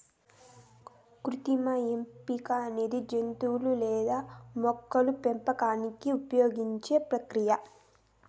కృత్రిమ ఎంపిక అనేది జంతువులు లేదా మొక్కల పెంపకానికి ఉపయోగించే ప్రక్రియ